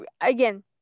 again